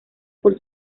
por